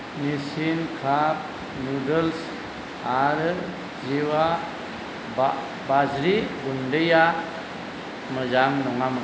Nissin काप noodles आरो जिवा बा बाज्रि गुन्दैआ मोजां नङामोन